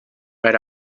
right